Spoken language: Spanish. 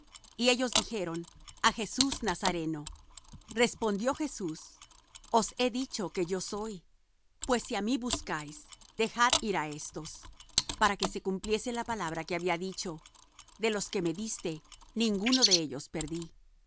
y ellos dijeron a jesús nazareno respondió jesús os he dicho que yo soy pues si á mi buscáis dejad ir á éstos para que se cumpliese la palabra que había dicho de los que me diste ninguno de ellos perdí